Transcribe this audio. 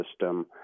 system